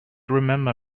remember